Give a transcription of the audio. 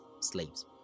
slaves